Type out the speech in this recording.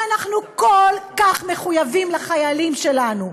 שבו אנחנו כל כך מחויבים לחיילים שלנו,